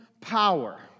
power